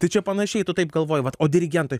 tai čia panašiai tu taip galvoji vat o dirigentai